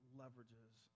leverages